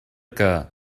que